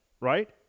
right